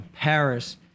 Paris